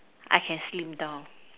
I can slim down